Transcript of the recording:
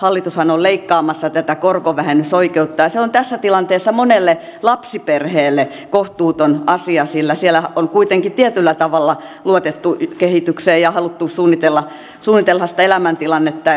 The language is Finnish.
hallitushan on leikkaamassa tätä korkovähennysoikeutta ja se on tässä tilanteessa monelle lapsiperheelle kohtuuton asia sillä siellä on kuitenkin tietyllä tavalla luotettu kehitykseen ja haluttu suunnitella sitä elämäntilannetta